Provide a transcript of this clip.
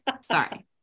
Sorry